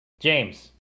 James